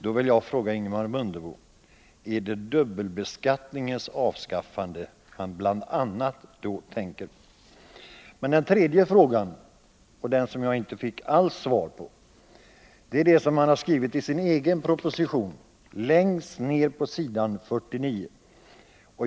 Jag vill fråga Ingemar Mundebo: Är det dubbelbeskattningens avskaffande som han därvid bl.a. tänker på? På min tredje fråga fick jag inte alls något svar. Den gällde det som Ingemar Mundebo skrivit i sin egen proposition längst ned på s. 49.